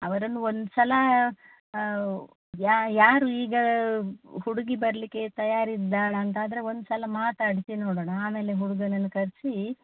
ಅವರನ್ನು ಒಂದ್ಸಲ ಯಾರು ಈಗ ಹುಡುಗಿ ಬರಲಿಕ್ಕೆ ತಯಾರಿದ್ದಾಳೆ ಅಂತ ಆದ್ರೆ ಒಂದ್ಸಲ ಮಾತಾಡಿಸಿ ನೋಡೋಣ ಆಮೇಲೆ ಹುಡುಗನನ್ನು ಕರೆಸಿ